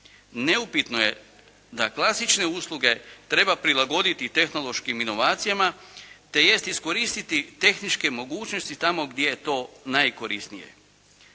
Neupitno je da klasične usluge treba prilagoditi tehnološkim inovacijama, tj. iskoristiti tehničke mogućnosti tamo gdje je to najkorisnije.